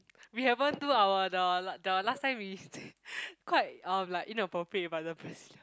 we haven't do our the the last time we say quite um like inappropriate about the brazilian